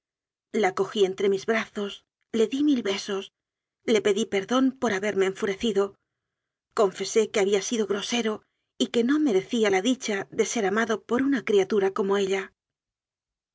la cogí entre mis brazos le di mil besos le pedí perdón por haberme enfurecido confesé que había sido grosero y que no merecía la dicha de ser amado por una criatura como ella